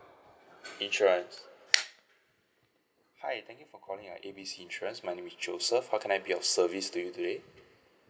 insurance hi thank you for calling A B C insurance my name is joseph how can I be of service to you today